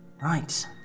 Right